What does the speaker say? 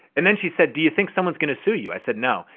and then she said, do you think someone's gonna sue you? i said, no.